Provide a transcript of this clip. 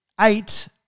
eight